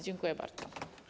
Dziękuję bardzo.